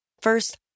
First